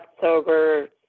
sober